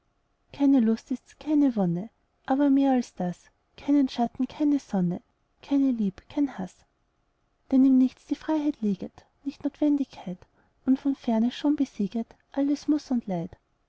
keine lust ist's keine wonne aber mehr als das keinen schatten keine sonne keine lieb kein haß denn im nichts die freiheit lieget nicht notwendigkeit und von fern es schon besieget alles muß und leid